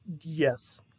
Yes